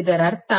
ಇದರರ್ಥ